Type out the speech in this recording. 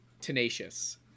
tenacious